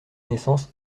naissance